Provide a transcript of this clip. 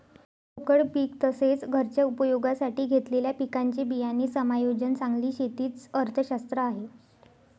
रोकड पीक तसेच, घरच्या उपयोगासाठी घेतलेल्या पिकांचे बियाणे समायोजन चांगली शेती च अर्थशास्त्र आहे